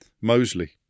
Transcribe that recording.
Moseley